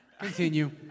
Continue